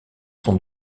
sont